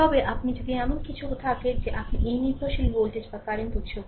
তবে আপনার যদি এমন কিছু থাকে যা আপনি সেই নির্ভরশীল ভোল্টেজ বা কারেন্ট উৎস বলে